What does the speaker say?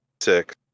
six